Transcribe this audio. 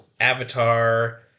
Avatar